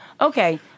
Okay